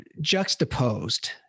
juxtaposed